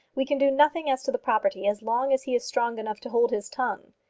we can do nothing as to the property as long as he is strong enough to hold his tongue.